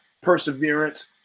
perseverance